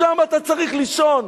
שם אתה צריך לישון.